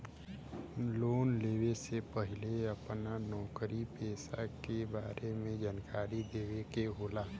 Loan लेवे से पहिले अपना नौकरी पेसा के बारे मे जानकारी देवे के होला?